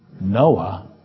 Noah